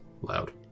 loud